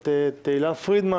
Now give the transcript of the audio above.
הכנסת תהלה פרידמן